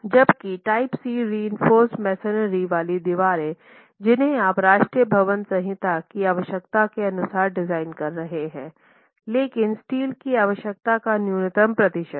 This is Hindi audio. जबकि टाइप सी रिइंफोर्स मेसनरी वाली दीवारें जिन्हें आप राष्ट्रीय भवन संहिता की आवश्यकता के अनुसार डिज़ाइन कर रहे हैं लेकिन स्टील की आवश्यकता का न्यूनतम प्रतिशत हैं